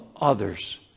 others